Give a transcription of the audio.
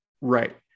Right